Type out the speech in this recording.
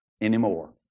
anymore